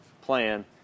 plan